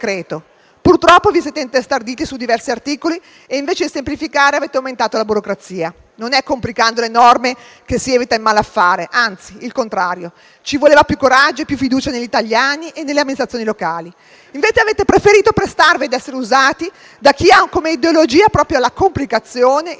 Purtroppo vi siete intestarditi su diversi articoli e invece di semplificare avete aumentato la burocrazia. Non è complicando le norme che si evita il malaffare, anzi è il contrario. Ci voleva più coraggio, più fiducia negli italiani e negli amministratori locali. Invece avete preferito prestarvi ad essere usati da chi ha come ideologia proprio la complicazione, il boicottaggio della libera